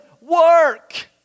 work